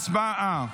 הצבעה.